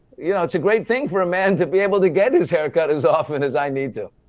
you know, it's a great thing for a man to be able to get his hair cut as often as i need to.